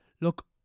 look